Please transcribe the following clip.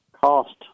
cost